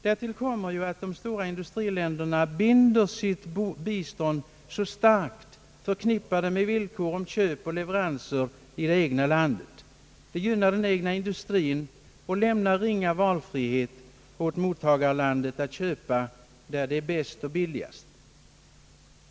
Därtill kommer att de stora industriländerna så starkt förknippar sitt bistånd med villkor om köp och leverans i det egna landet. Det gynnar den egna industrien och lämnar ringa valfrihet åt mottagarlandet att köpa där det är bäst och billigast.